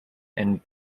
and